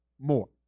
more